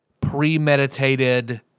premeditated